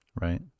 Right